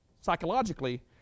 psychologically